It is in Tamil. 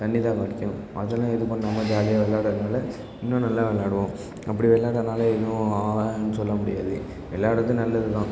தண்ணி தாகம் அடிக்கும் அதெல்லாம் இதுப் பண்ணாமல் ஜாலியாக விள்ளாட்றதுனால இன்னும் நல்லா விள்ளாடுவோம் அப்படி விள்ளாட்றதுனால எதுவும் ஆவலைன்னு சொல்ல முடியாது விள்ளாட்றது நல்லது தான்